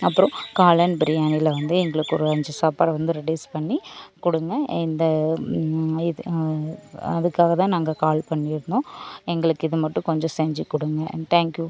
அப்புறம் காளான் பிரியாணயில் வந்து எங்களுக்கு ஒரு அஞ்சு சாப்பாடு வந்து ரெட்யூஸ் பண்ணி கொடுங்க இந்த இது அதுக்காக தான் நாங்கள் கால் பண்ணியிருந்தோம் எங்களுக்கு இது மட்டும் கொஞ்சம் செஞ்சிக் கொடுங்க அண்ட் தேங்க் யூ